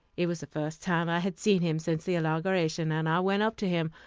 it was the first time i had seen him since the inauguration, and i went up to him,